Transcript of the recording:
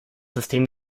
system